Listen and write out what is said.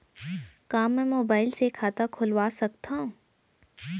का मैं मोबाइल से खाता खोलवा सकथव?